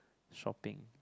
shopping